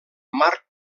marc